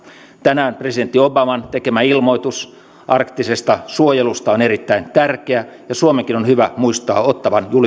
tänään presidentti obaman tekemä ilmoitus arktisesta suojelusta on erittäin tärkeä ja suomenkin on hyvä muistaa ottawan